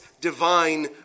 divine